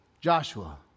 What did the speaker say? joshua